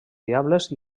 diables